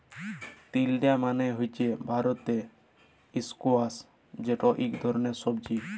তিলডা মালে হছে ভারতীয় ইস্কয়াশ যেট ইক ধরলের সবজি